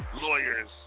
lawyers